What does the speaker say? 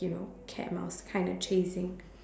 you know cat mouse kind of chasing